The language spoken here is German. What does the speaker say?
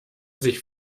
sich